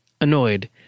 Annoyed